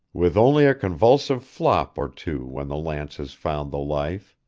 with only a convulsive flop or two when the lances found the life.